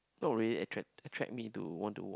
not really attract attract me to want to watch